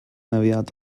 aviat